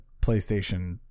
PlayStation